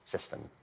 system